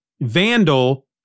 Vandal